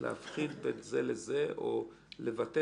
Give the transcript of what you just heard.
משהו ניקח, נניח,